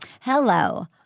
Hello